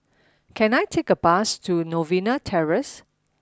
can I take a bus to Novena Terrace